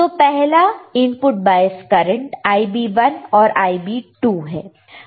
तो पहला input bias current Ib1 और Ib2 है